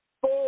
Four